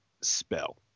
spell